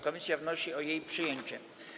Komisja wnosi o jej przyjęcie.